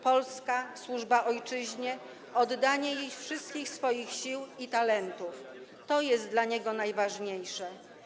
Polska, służba ojczyźnie, oddanie jej wszystkich swoich sił i talentów - to jest dla niego najważniejsze.